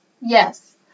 Yes